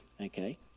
Okay